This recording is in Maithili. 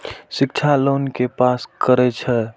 शिक्षा लोन के पास करें छै?